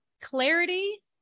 clarity